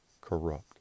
corrupt